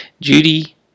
Judy